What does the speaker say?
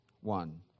one